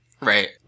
Right